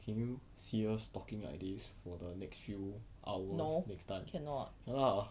no cannot